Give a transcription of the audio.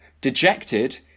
dejected